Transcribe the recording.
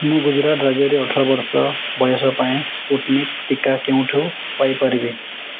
ମୁଁ ଗୁଜୁରାଟ ରାଜ୍ୟରେ ଅଠର ବର୍ଷ ବୟସ ପାଇଁ ସ୍ପୁଟନିକ୍ ଟିକା କେଉଁଠୁ ପାଇପାରିବି